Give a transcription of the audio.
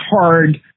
hard